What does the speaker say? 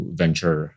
venture